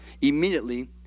immediately